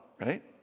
right